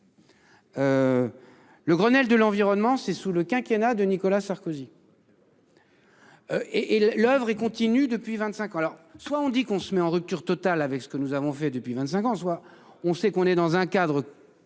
Le Grenelle de l'environnement, c'est sous le quinquennat de Nicolas Sarkozy. Et et l'oeuvre est continue depuis 25 ans. Alors soit on dit qu'on se met en rupture. Total avec ce que nous avons fait depuis 25 ans soit on sait qu'on est dans un cadre.